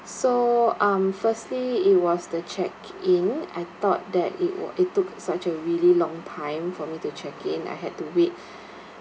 so um firstly it was the check in I thought that it was it took such a really long time for me to check in I had to wait